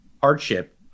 hardship